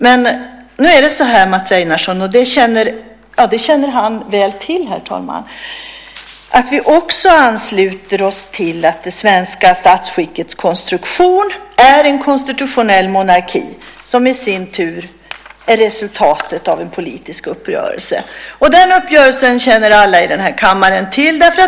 Men som Mats Einarsson väl känner till ansluter vi oss också till att det svenska statsskickets konstruktion är en konstitutionell monarki. Det är i sin tur resultatet av en politisk uppgörelse. Den uppgörelsen känner alla här i kammaren till.